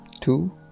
two